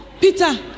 Peter